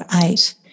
eight